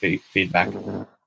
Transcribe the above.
feedback